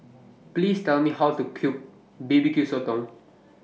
Please Tell Me How to Cook B B Q Sotong